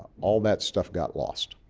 all that stuff got lost.